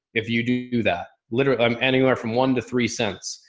if you do that literally um anywhere from one to three cents,